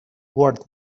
worth